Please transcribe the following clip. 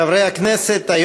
חברי הכנסת,